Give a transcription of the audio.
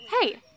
Hey